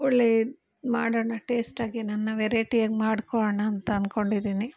ಒಳ್ಳೇ ಮಾಡೋಣ ಟೇಸ್ಟಾಗೇನನ ವೆರೈಟಿಯಾಗಿ ಮಾಡ್ಕೊಳೋಣ ಅಂತ ಅಂದ್ಕೊಂಡಿದ್ದೀನಿ